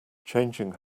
changing